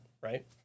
right